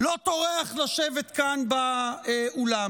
לא טורח לשבת כאן באולם,